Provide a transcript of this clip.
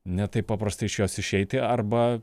ne taip paprasta iš jos išeiti arba